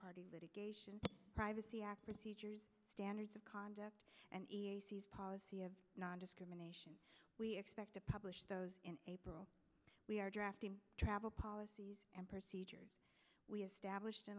party litigation privacy act procedures standards of conduct and policy of nondiscrimination we expect to publish those in april we are drafting travel policies and procedures we established